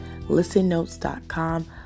ListenNotes.com